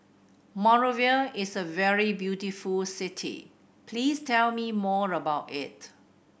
Monrovia is a very beautiful city please tell me more about it